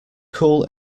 cool